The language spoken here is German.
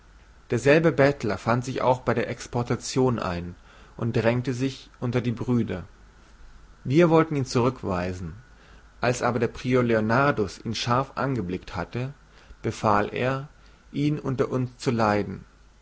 derselbe bettler fand sich bei der exportation ein und drängte sich unter die brüder wir wollten ihn zurückweisen als aber der prior leonardus ihn scharf angeblickt hatte befahl er ihn unter uns zu leiden